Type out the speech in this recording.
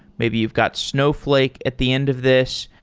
maybe you've got snowflake at the end of this.